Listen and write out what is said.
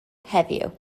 heddiw